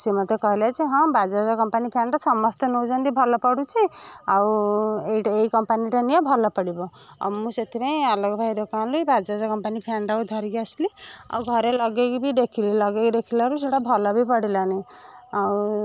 ସେ ମତେ କହିଲେ ଯେ ହଁ ବାଜାଜ କମ୍ପାନୀ ଫ୍ୟାନଟା ସମସ୍ତେ ନଉଛନ୍ତି ଭଲ ପଡ଼ୁଛି ଆଉ ଏଇ କମ୍ପାନୀଟା ନେ ଭଲ ପଡ଼ିବ ଆଉ ମୁଁ ସେଥିପାଇଁ ଆଲୋକ ଭାଇ ଦୋକାନ ଗଲି ବାଜାଜ କମ୍ପାନୀ ଫ୍ୟାନଟା ଧରିକି ଆସିଲି ଆଉ ଘରେ ଲଗେଇକି ବି ଦେଖିଲି ଲଗେଇକି ଦେଖିଲାରୁ ସେଇଟା ଭଲ ବି ପଡ଼ିଲାନି ଆଉ